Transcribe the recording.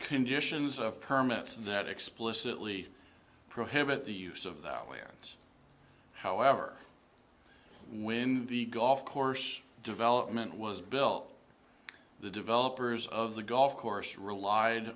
conditions of permits that explicitly prohibit the use of that where it's however when the golf course development was built the developers of the golf course relied